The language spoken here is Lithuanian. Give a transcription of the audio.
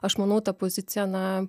aš manau ta pozicija na